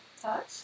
touch